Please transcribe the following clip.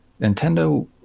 Nintendo